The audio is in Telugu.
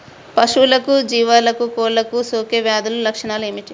పశువులకు జీవాలకు కోళ్ళకు సోకే వ్యాధుల లక్షణాలు ఏమిటి?